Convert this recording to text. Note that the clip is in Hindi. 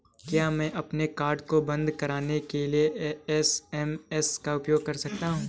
क्या मैं अपने कार्ड को बंद कराने के लिए एस.एम.एस का उपयोग कर सकता हूँ?